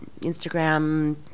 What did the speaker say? Instagram